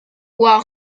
war